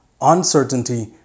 uncertainty